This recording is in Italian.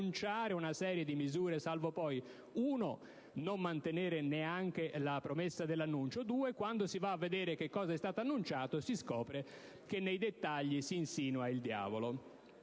annunciare una serie di misure, salvo poi non mantenere neanche la promessa dell'annuncio e, quando si va a vedere che cosa è stato annunciato, scoprire che nei dettagli si insinua il diavolo.